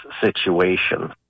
situation